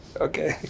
Okay